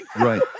Right